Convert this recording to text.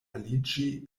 aliĝi